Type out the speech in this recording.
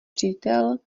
přítel